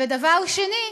ודבר שני,